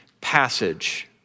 passage